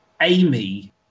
Amy